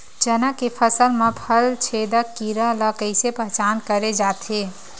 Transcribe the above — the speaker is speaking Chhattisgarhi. चना के फसल म फल छेदक कीरा ल कइसे पहचान करे जाथे?